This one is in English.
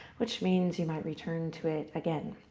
which means you might return to it again.